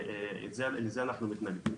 לזה אנחנו מתנגדים.